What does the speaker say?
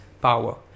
power